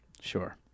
Sure